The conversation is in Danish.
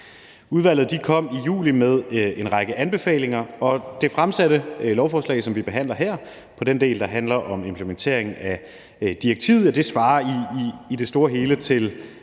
Udvalget kom i juli med en række anbefalinger, og det fremsatte lovforslag, som vi behandler her, svarer for den del, der handler om implementering af direktivet, i det store hele til